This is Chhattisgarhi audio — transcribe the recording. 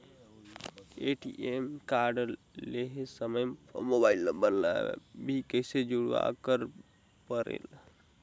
ए.टी.एम कारड लहे समय मोबाइल नंबर ला भी जुड़वाए बर परेल?